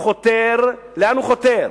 לאן הוא חותר?